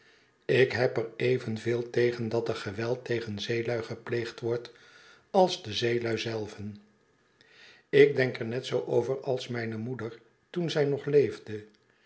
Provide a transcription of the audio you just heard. ik heb er evenveel tegen dat er geweld tegen zeelui gepleegd wordt als de zeelui zelven ik denk er net zoo over als mijne moeder toen zij nog leefde